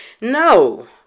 No